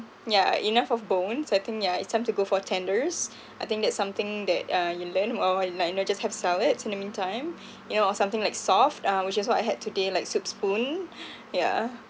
yeah enough of bonds I think yeah it's time to go for tenders I think that's something that uh you learn while I like you know just have sell it in the meantime you know or something like soft uh which is what I had today like soup spoon yeah